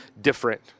different